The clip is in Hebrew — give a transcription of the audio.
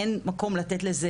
אין מקום לתת לזה,